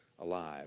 alive